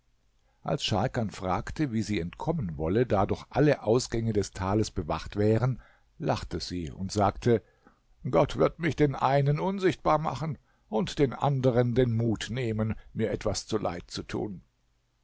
als scharkan fragte wie sie entkommen wolle da doch alle ausgänge des tales bewacht wären lachte sie und sagte gott wird mich den einen unsichtbar machen und den anderen den mut nehmen mir etwas zuleid zu tun